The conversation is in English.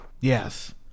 Yes